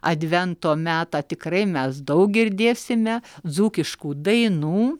advento metą tikrai mes daug girdėsime dzūkiškų dainų